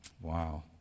wow